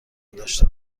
داشته